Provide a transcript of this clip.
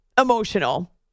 emotional